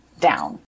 down